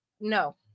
No